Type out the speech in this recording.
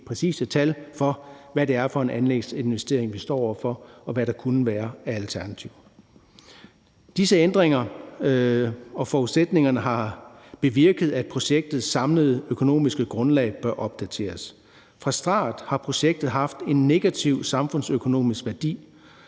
præcise tal for, hvad det er for en anlægsinvestering, vi står over for, og hvad der kunne være af alternativer. Disse ændringer og forudsætninger har bevirket, at projektets samlede økonomiske grundlag bør opdateres. Fra start har projektet haft en negativ samfundsøkonomisk værdi,